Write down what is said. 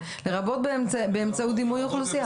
לרבות באמצעות דימוי אוכלוסייה.